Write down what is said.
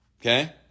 Okay